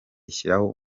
ashyiraho